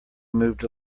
moved